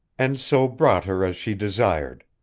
and so brought her as she desired.